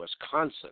Wisconsin